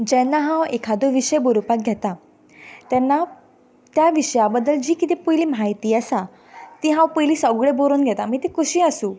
जेन्ना हांव एखादो विशय बरोवपाक घेता तेन्ना त्या विशया बद्दल जी किदें पयली माहिती आसा ती हांव पयलीं सगळें बरोवन घेता ती कशीय आसूं